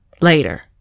later